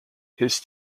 his